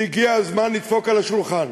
והגיע הזמן לדפוק על השולחן